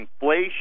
inflation